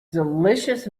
delicious